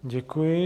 Děkuji.